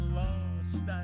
lost